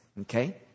Okay